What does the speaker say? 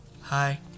Hi